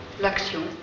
L'action